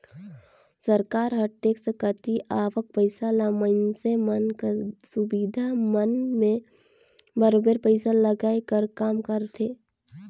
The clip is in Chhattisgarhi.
सरकार हर टेक्स कती आवक पइसा ल मइनसे मन कर सुबिधा मन में बरोबेर पइसा लगाए कर काम करथे